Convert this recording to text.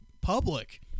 public